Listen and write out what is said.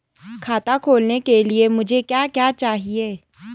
खाता खोलने के लिए मुझे क्या क्या चाहिए?